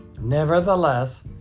Nevertheless